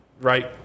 right